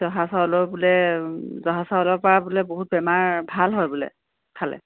জহা চাউলৰ বুলে জহা চাউলৰ পৰা বুলে বহুত বেমাৰ ভাল হয় বুলে খালে